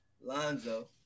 Lonzo